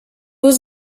was